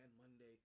Monday